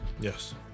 Yes